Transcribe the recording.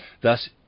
Thus